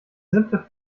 simple